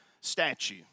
statue